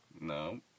No